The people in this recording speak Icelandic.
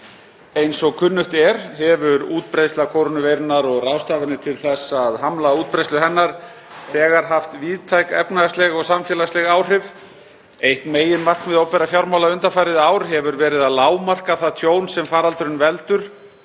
Eins og kunnugt er hefur útbreiðsla kórónuveirunnar og ráðstafanir til þess að hamla útbreiðslu hennar þegar haft víðtæk efnahags- og samfélagsleg áhrif. Eitt meginmarkmið opinberra fjármála undanfarið ár hefur verið að lágmarka það tjón sem faraldurinn veldur,